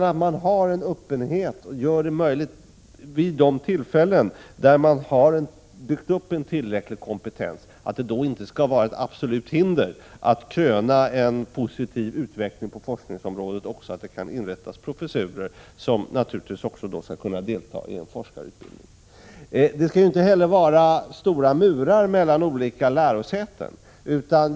Vi vill göra det möjligt att vid de tillfällen, då det byggts upp tillräcklig kompetens, kröna en positiv utveckling på forskningsområdet med inrättande av en professur. Innehavaren skall naturligtvis också kunna delta i en forskarutbildning. Det skall inte heller vara stora murar mellan olika lärosäten.